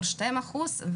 שני אחוזים,